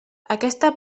aquesta